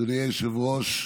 אדוני היושב-ראש,